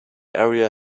area